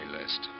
list